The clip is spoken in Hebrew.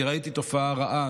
אני ראיתי תופעה רעה,